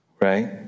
Right